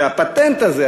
והפטנט הזה,